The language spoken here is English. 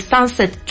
Sunset